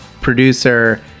producer